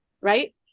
right